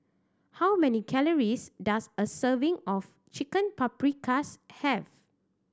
how many calories does a serving of Chicken Paprikas have